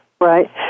right